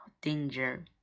danger